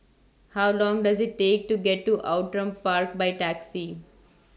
How Long Does IT Take to get to Outram Park By Taxi